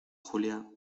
julia